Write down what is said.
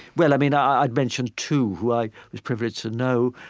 well, i mean, i i mentioned two who i was privileged to know.